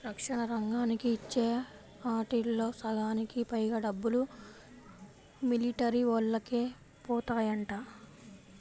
రక్షణ రంగానికి ఇచ్చే ఆటిల్లో సగానికి పైగా డబ్బులు మిలిటరీవోల్లకే బోతాయంట